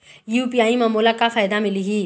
UPI म मोला का फायदा मिलही?